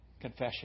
confession